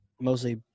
mostly